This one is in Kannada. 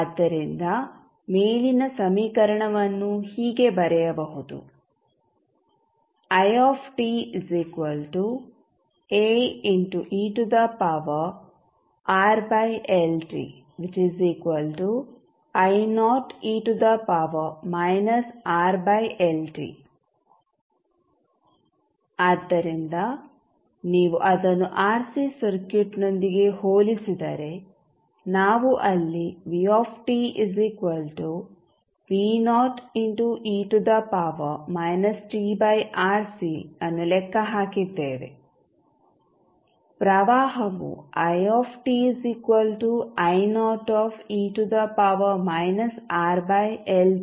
ಆದ್ದರಿಂದ ಮೇಲಿನ ಸಮೀಕರಣವನ್ನು ಹೀಗೆ ಬರೆಯಬಹುದು ಆದ್ದರಿಂದ ನೀವು ಅದನ್ನು ಆರ್ಸಿ ಸರ್ಕ್ಯೂಟ್ನೊಂದಿಗೆ ಹೋಲಿಸಿದರೆ ನಾವು ಅಲ್ಲಿ ಅನ್ನು ಲೆಕ್ಕಹಾಕಿದ್ದೇವೆ ಪ್ರವಾಹವು ಆಗಿದೆ